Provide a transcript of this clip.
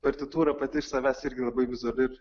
partitūra pati iš savęs irgi labai vizuali